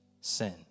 sin